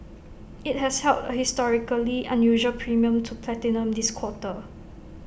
IT has held in A historically unusual premium to platinum this quarter